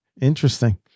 Interesting